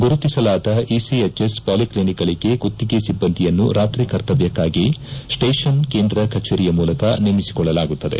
ಗುರುತಿಸಲಾದ ECHS polyclinic ಗಳಗೆ ಗುತ್ತಿಗೆ ಸಿಬ್ಬಂದಿಯನ್ನು ರಾತ್ರಿ ಕರ್ತವ್ಯಕ್ತಾಗಿ ಸ್ವೇಷನ್ ಕೇಂದ್ರ ಕಚೇರಿಯ ಮೂಲಕ ನೇಮಿಸಿಕೊಳ್ಳಲಾಗುತ್ತದೆ